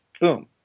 Boom